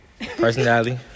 personality